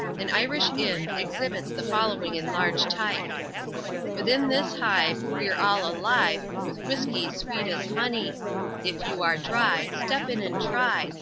an irish inn exhibits the following in large type within this hive we're all alive, with whiskey sweet as honey if you are dry, step in and try,